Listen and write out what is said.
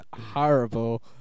horrible